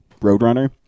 Roadrunner